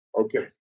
Okay